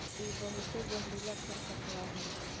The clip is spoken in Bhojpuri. इ बहुते जहरीला खरपतवार हवे